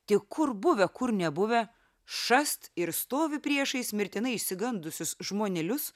tik kur buvę kur nebuvę šast ir stovi priešais mirtinai išsigandusius žmonelius